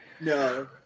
No